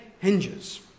Hinges